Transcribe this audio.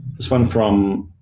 this one from